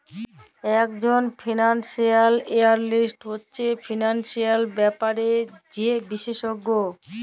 ইকজল financial analyst হছে financial ব্যাপারে যে বিশেষজ্ঞ